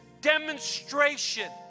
demonstration